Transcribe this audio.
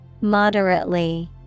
Moderately